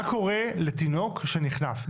מה קורה לתינוק שנכנס?